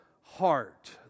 heart